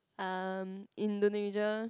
um Indonesia